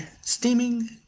steaming